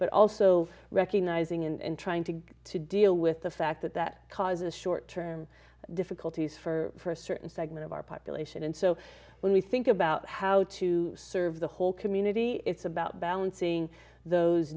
but also recognizing and trying to get to deal with the fact that that causes short term difficulties for a certain segment of our population and so when we think about how to serve the whole community it's about balancing those